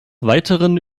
weiteren